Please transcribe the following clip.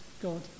God